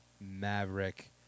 Maverick*